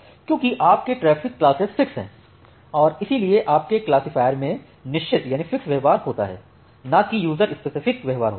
क्योंकि आपके traffic classes fix हैं और इसीलिए आपके क्लासिफ़ायर में निश्चितफ़िक्स व्यवहार होता है न कि यूज़र स्पेसिफिक व्यवहार होता है